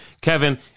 Kevin